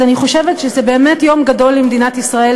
אני חושבת שזה באמת יום גדול למדינת ישראל,